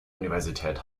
universität